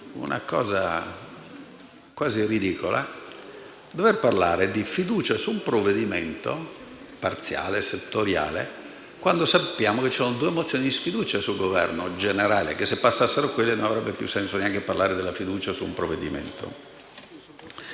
sembra quasi ridicolo dover parlare di fiducia su un provvedimento parziale e settoriale, quando sappiamo che ci sono due mozioni di sfiducia sul Governo in generale e che, se passassero quelle, non avrebbe più senso parlare di fiducia su un provvedimento.